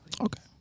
Okay